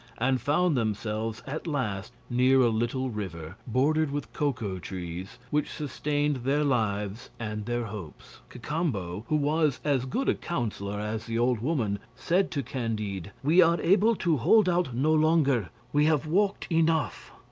and found themselves at last near a little river bordered with cocoa trees, which sustained their lives and their hopes. cacambo, who was as good a counsellor as the old woman, said to candide we are able to hold out no longer we have walked enough.